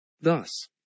Thus